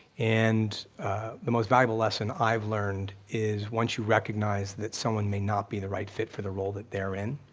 and the most valuable lesson i've learned is once you recognize that someone may not be the right fit for the role that they're in,